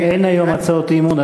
אין היום הצעות אי-אמון,